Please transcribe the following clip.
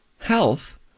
health